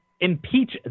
impeach